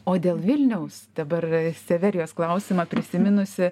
o dėl vilniaus dabar severijos klausimą prisiminusi